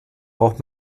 braucht